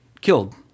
killed